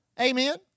Amen